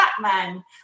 Batman